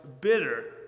bitter